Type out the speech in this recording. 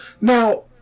Now